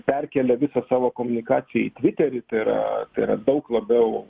perkelia visą savo komunikaciją į tviterį tai yra tai yra daug labiau